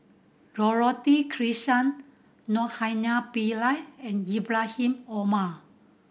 Dorothy Krishnan Naraina Pillai and Ibrahim Omar